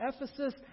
Ephesus